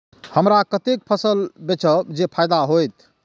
हमरा कते फसल बेचब जे फायदा होयत?